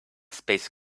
space